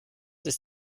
ist